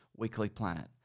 weeklyplanet